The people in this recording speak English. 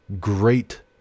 great